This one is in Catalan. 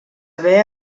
haver